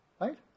Right